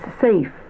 safe